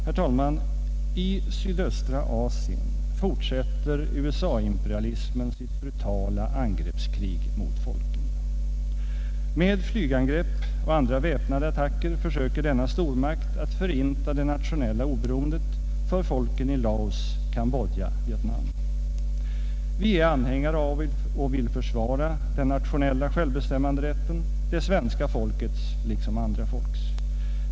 Herr talman! I sydöstra Asien fortsätter USA-imperialismen sitt brutala angreppskrig mot folken. Med flygangrepp och andra väpnade attacker försöker denna stormakt att förinta det nationella oberoendet för folken i Laos, Kambodja, Vietnam. Vi är anhängare av och vill försvara den nationella självbestämmanderätten — det svenska folkets liksom andra folks.